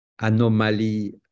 anomaly